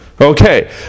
Okay